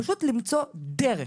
פשוט למצוא דרך.